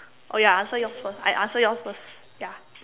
oh ya answer yours first I answer yours first ya